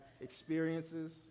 experiences